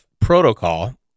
protocol